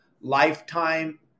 Lifetime